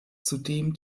zudem